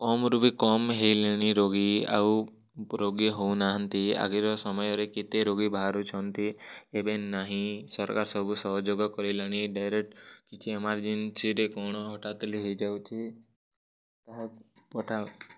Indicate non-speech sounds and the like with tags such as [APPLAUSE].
କମ୍ରୁ ବି କମ୍ ହେଲେଣି ରୋଗୀ ଆଉ ରୋଗୀ ହୋଉନାହାନ୍ତି ଆଗର୍ ସମୟରେ କେତେ ରୋଗୀ ବାହାରୁଛନ୍ତି ଏବେ ନାହିଁ ସର୍କାର୍ ସବୁ ସହଯୋଗ କରିଲାଣି ଡାଇରେଟ୍ କିଛି ଏମାର୍ଜିନ୍ସିରେ କ'ଣ ହଠାତ୍ ହେଲେ ହେଇଯାଉଛି [UNINTELLIGIBLE] ପଠା